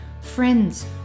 friends